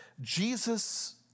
Jesus